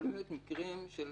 יכולים להיות מקרים של